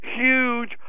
huge